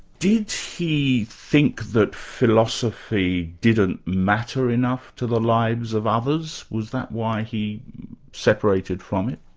did he think that philosophy didn't matter enough to the lives of others? was that why he separated from it?